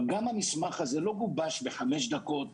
גם המסמך הזה לא גובש ב-5 דקות,